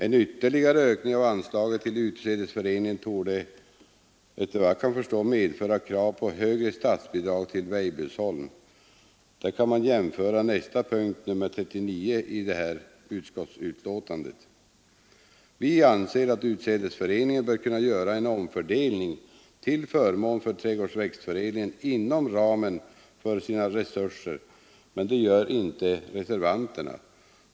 En ytterligare ökning av anslaget till utsädesföreningen torde, efter vad jag kan förstå, medföra krav på högre statsbidrag till Weibullsholm. Där kan en jämförelse göras med nästa punkt, nr 39, i utskottsbetänkandet. Utskottsmajoriteten anser att utsädesföreningen bör kunna göra en omfördelning till förmån för trädgårdsväxtförädlingen inom ramen för sina resurser, men det gör inte reservanterna.